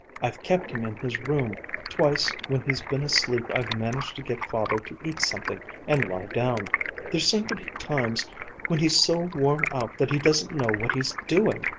i've kept him in his room twice when he's been asleep i've managed to get father to eat something and lie down there seem to be times when he's so worn out that he doesn't know what he's doing.